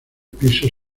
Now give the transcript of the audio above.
pisos